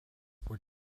were